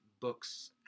books